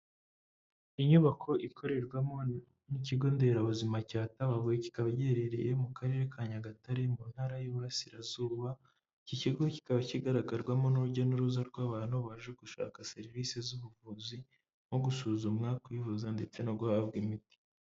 Inyubako ikorerwamo n'ikigo nderabuzima cya Tabagwe, kikaba giherereye mu karere ka Nyagatare mu ntara y'Uburasirazuba, iki kigo kikaba kigaragarwamo n'urujya n'uruza rw'abantu baje gushaka serivisi z'ubuvuzi nko gusuzumwa, kwivuza ndetse no guhabwa imiti.